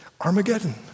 Armageddon